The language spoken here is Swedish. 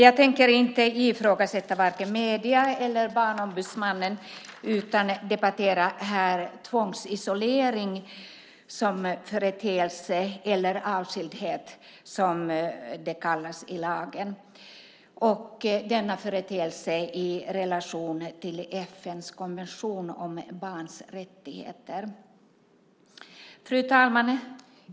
Jag tänker inte ifrågasätta vare sig medierna eller Barnombudsmannen utan i stället debattera tvångsisolering som företeelse - eller avskiljning som det kallas i lagen - i relation till FN:s konvention om barnets rättigheter. Fru talman!